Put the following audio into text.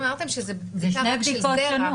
אתם אמרתם שזה בדיקה רק של זרע.